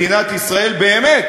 מדינת ישראל באמת,